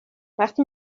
وقتی